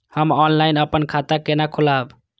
हम ऑनलाइन अपन खाता केना खोलाब?